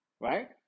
right